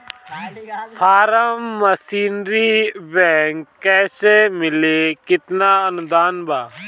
Form machinery bank कैसे मिली कितना अनुदान बा?